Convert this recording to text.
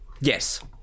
yes